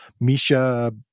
Misha